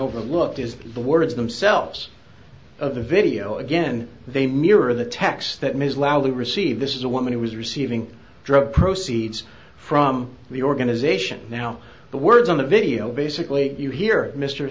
overlooked is the words themselves of the video again they mirror the text that ms loudly received this is a woman who was receiving drug proceeds from the organization now the words on the video basically you hear mr